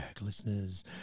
listeners